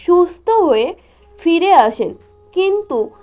সুস্থ হয়ে ফিরে আসে কিন্তু